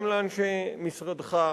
גם לאנשי משרדך,